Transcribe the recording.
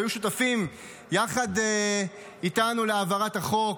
והיו שותפים יחד איתנו להעברת החוק.